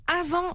avant